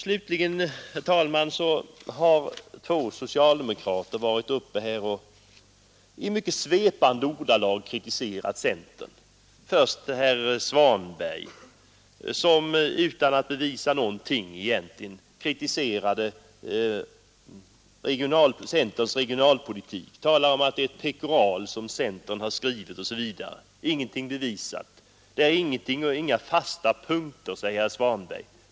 Slutligen, herr talman, har två socialdemokrater i mycket svepande ordalag kritiserat centern. Herr Svanberg kritiserade, utan att egentligen bevisa någonting, centerns regionalpolitik, talade om att centerns program är ett pekoral osv. Det innehåller inga fasta punkter, sade herr Svanberg.